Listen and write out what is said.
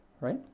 right